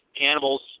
animals